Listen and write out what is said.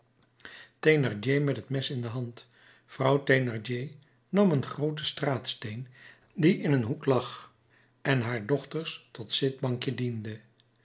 met het mes in de hand vrouw thénardier nam een grooten straatsteen die in een hoek lag en haar dochters tot